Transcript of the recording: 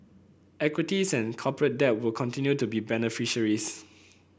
equities and corporate debt will continue to be beneficiaries